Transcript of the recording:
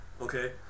okay